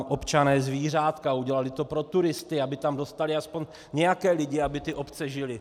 Občané tam mají zvířátka, udělali to pro turisty, aby tam dostali alespoň nějaké lidi, aby ty obce žily.